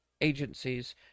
agencies